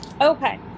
Okay